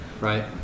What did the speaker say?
right